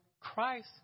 Christ